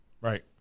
Right